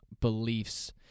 beliefs